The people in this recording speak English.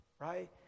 right